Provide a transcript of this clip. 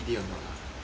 right